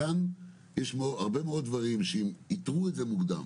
כאן, יש הרבה מאוד דברים שאם איתרו את זה מוקדם